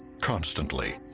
Constantly